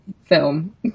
film